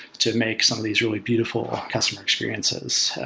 to make some of these really beautiful customer experiences